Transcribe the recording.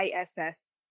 ISS